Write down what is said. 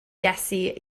iesu